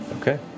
Okay